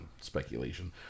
Speculation